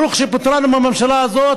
ברוך שפטרנו מהממשלה הזאת,